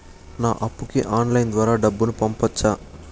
నా అప్పుకి ఆన్లైన్ ద్వారా డబ్బును పంపొచ్చా